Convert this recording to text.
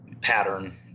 pattern